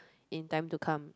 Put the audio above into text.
in time to come